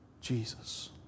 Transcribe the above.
Jesus